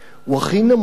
הוא הכי נמוך,